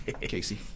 Casey